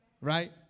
Right